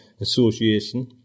Association